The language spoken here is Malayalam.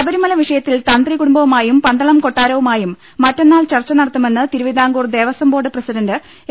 ശബരിമല വിഷയത്തിൽ തന്ത്രി കുടുംബവുമായും പന്തളം കൊട്ടാരവുമായും മറ്റന്നാൾ ചർച്ച നടത്തുമെന്ന് Thiruvithamkoor Devaswom board president A